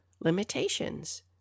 limitations